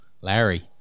Larry